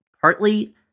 partly